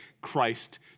Christ